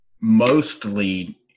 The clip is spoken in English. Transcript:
mostly